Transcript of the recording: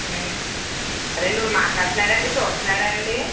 అదే అండి ఇప్పుడు మాట్లాడుతున్నాడా అండి చూస్తున్నాడా అండి